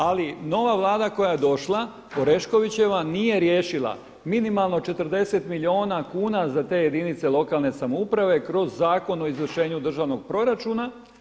Ali nova Vlada koja je došla, Oreškovićeva nije riješila minimalno 40 milijuna kuna za te jedinice lokalne samouprave kroz Zakon o izvršenju državnog proračuna.